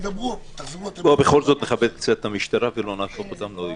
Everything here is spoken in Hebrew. בוא בכל זאת נכבד קצת את המשטרה ולא נהפוך אותם לאויבים.